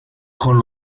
con